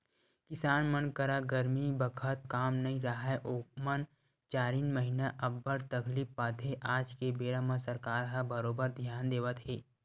किसान मन करा गरमी बखत काम नइ राहय ओमन चारिन महिना अब्बड़ तकलीफ पाथे आज के बेरा म सरकार ह बरोबर धियान देवत हे